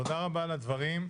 תודה רבה על הדברים.